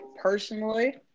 personally